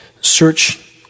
search